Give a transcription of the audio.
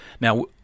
Now